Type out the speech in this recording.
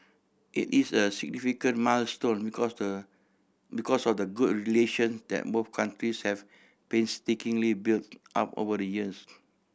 it is a significant milestone because the because of the good relation that both countries have painstakingly built up over the years